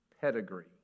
pedigree